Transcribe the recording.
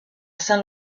saint